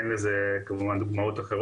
אבל יש לנו פרק שלם לכל עניין הרישיונות והמרשמים.